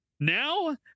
Now